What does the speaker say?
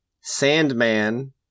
Sandman